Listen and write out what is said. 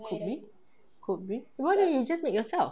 could be could be why don't you just make yourself